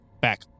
back